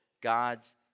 God's